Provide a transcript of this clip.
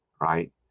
right